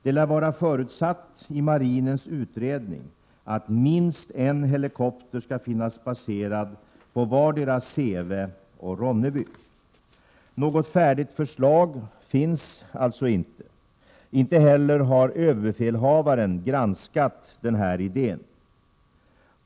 Det lär vara förutsatt i marinens utredning att minst en helikopter skall finnas baserad på vardera Säve och Ronneby. Något färdigt förslag finns alltså inte. Inte heller har överbefälhavaren granskat den här idén.